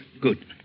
Good